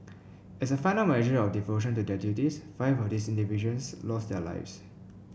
as a final measure of devotion to their duties five of these individuals lost their lives